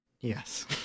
Yes